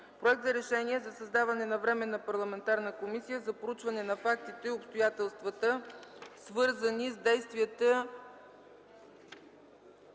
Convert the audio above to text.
Проект за решение за създаване на Временна парламентарна комисия за проучване на фактите и обстоятелствата, свързани с действия